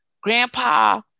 grandpa